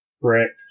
brick